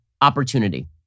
opportunity